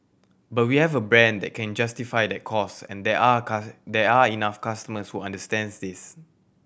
but we have a brand that can justify that cost and there are there are enough customers who understands this